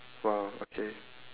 !wow! okay